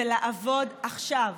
ולעבוד עכשיו,